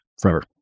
forever